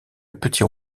petits